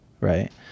Right